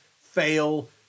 fail